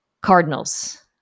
Cardinals